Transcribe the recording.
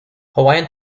hawaiian